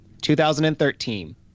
2013